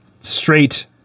straight